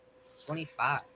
25